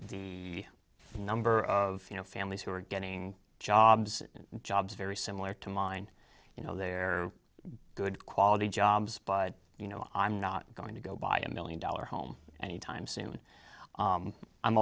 the number of you know families who are getting jobs jobs very similar to mine you know they're good quality jobs but you know i'm not going to go buy a million dollar home anytime soon